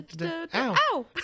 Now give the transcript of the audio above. Ow